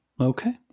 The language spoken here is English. Okay